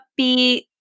upbeat